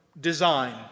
design